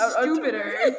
stupider